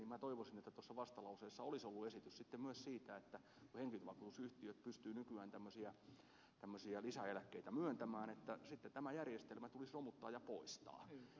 että tuossa vastalauseessa olisi ollut esitys myös siitä että kun henkivakuutusyhtiöt pystyvät nykyään tämmöisiä lisäeläkkeitä myöntämään tämä järjestelmä tulisi romuttaa ja poistaa